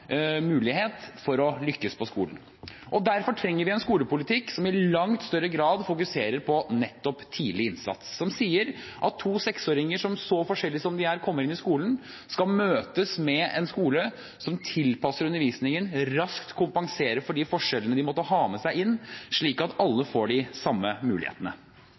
mulighet for å lykkes på skolen. Derfor trenger vi en skolepolitikk som i langt større grad fokuserer på nettopp tidlig innsats, som sier at to seksåringer som kommer inn i skolen – så forskjellige som de er – skal møtes med en skole som tilpasser undervisningen og raskt kompenserer for de forskjellene de måtte ha med seg inn, slik at alle får de samme mulighetene.